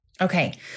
Okay